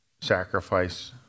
sacrifice